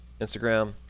Instagram